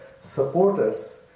supporters